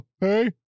hey